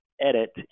edit